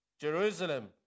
Jerusalem